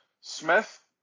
Smith